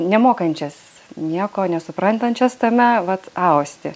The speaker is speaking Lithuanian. nemokančias nieko nesuprantančias tame vat austi